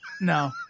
No